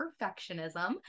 perfectionism